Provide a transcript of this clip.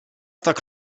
tak